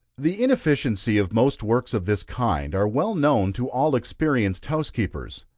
the inefficiency of most works of this kind are well known to all experienced housekeepers,